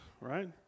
right